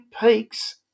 peaks